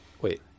Wait